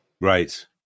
Right